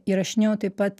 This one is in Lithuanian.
įrašinėjau taip pat